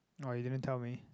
oh you didn't tell me